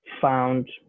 found